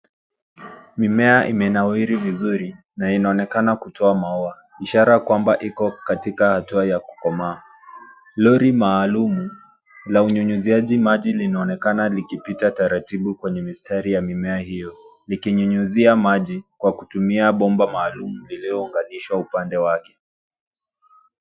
Mimea imenawiri vizuri na inaonekana kutoa maua, ishara kwamba iko katika hatua ya kukomaa. Lori maalumu la unyunyiziaji maji linaonekana likipita taratibu kwenye mistari ya mimea hiyo, likinyunyizia maji kwa kutumia bomba maalum lililounganishwa upande wake.